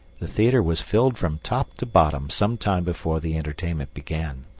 the theatre was filled from top to bottom some time before the entertainment began.